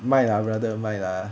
mai lah brother mai lah